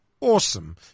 awesome